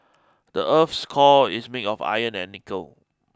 the earth's core is made of iron and nickel